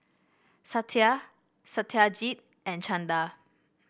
Satya Satyajit and Chanda